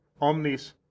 omnis